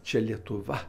čia lietuva